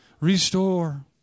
Restore